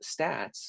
stats